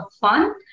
fun